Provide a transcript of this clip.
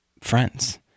friends